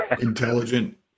intelligent